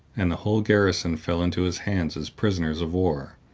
and the whole garrison fell into his hands as prisoners of war.